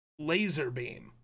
Laserbeam